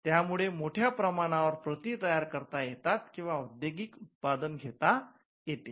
त्यांच्यामुळे मोठ्या प्रमाणावर प्रती तयार करता येतात किंवा औद्योगिक उत्पादन घेता येते